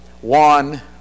one